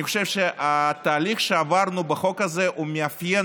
אני חושב שהתהליך שעברנו בחוק הזה מאפיין